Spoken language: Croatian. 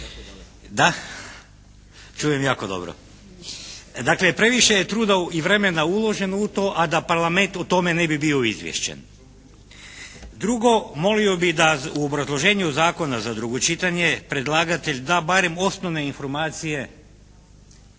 da, čujem jako dobro. Dakle previše je truda i vremena uloženo u to a da Parlament o tome ne bi bio izvješćen. Drugo, molio bih da u obrazloženju zakona za drugo čitanje predlagatelj da barem osnovne informacije